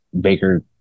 Baker